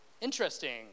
Interesting